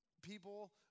People